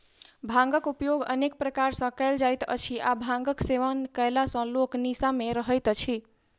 भांगक उपयोग अनेक प्रकार सॅ कयल जाइत अछि आ भांगक सेवन कयला सॅ लोक निसा मे रहैत अछि